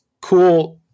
cool